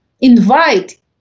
invite